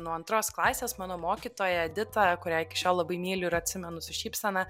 nuo antros klasės mano mokytoja edita kurią iki šiol labai myliu ir atsimenu su šypsena